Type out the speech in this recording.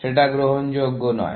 সেটা গ্রহণযোগ্য নয়